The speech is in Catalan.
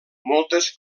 moltes